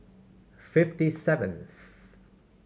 fifty seventh